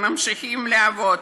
הם ממשיכים לעבוד,